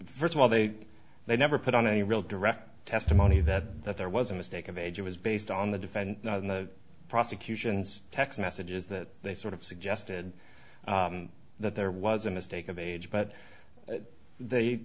first of all they they never put on any real direct testimony that there was a mistake of age it was based on the defend the prosecution's text messages that they sort of suggested that there was a mistake of age but they